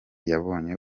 yabonye